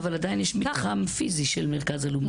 אבל עדיין יש מתחם פיזי של מרכז אלומה.